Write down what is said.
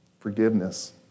Forgiveness